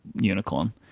unicorn